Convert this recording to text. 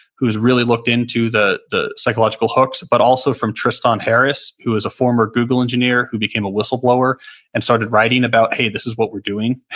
who's really looked into the the psychological hooks, but also from tristan harris, who is a former google engineer who became a whistleblower and started writing about, hey, this is what we're doing.